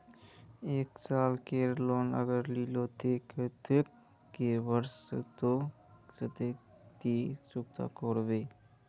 एक लाख केर लोन अगर लिलो ते कतेक कै बरश सोत ती चुकता करबो?